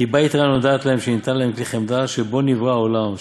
חיבה יתרה נודעת להם שניתן להם כלי חמדה שבו נברא העולם,